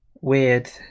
weird